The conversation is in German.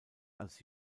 als